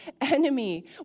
enemy